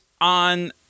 on